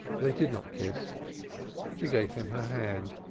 they did not kiss she gave him her hand,